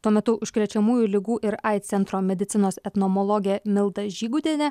tuo metu užkrečiamųjų ligų ir aids centro medicinos etnomologė milda žygutienė